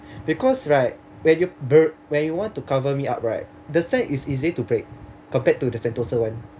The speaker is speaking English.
because right when you bu~ when you want to cover me up right the sand is easier to break compared to the sentosa [one]